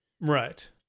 right